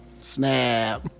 Snap